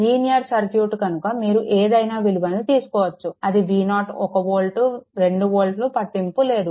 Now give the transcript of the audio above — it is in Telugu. లీనియర్ సర్క్యూట్ కనుక మీరు ఏదైనా విలువను తీసుకోవచ్చు అది V0 1 వోల్ట్ 2 వోల్ట్ పట్టింపు లేదు